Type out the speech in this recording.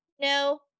No